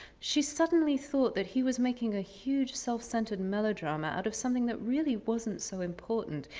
she suddenly thought that he was making a huge, self-centered melodrama out of something that really wasn't so important.